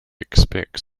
expects